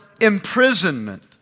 imprisonment